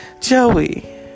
Joey